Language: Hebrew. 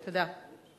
תודה.